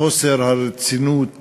חוסר הרצינות